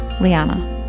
Liana